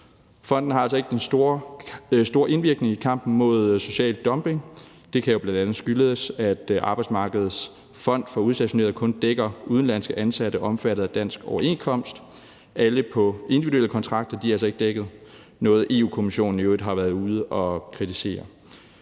Fonden har altså ikke den store indvirkning i kampen mod social dumping. Det kan jo bl.a. skyldes, at Arbejdsmarkedets Fond for Udstationerede kun dækker udenlandske ansatte omfattet af dansk overenskomst. Alle på individuelle kontrakter er altså ikke dækket, noget, som Europa-Kommissionen i øvrigt også har været ude at kritisere.